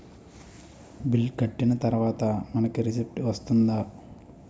Bill కట్టిన తర్వాత మనకి రిసీప్ట్ వస్తుందా?